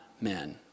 men